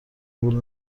وول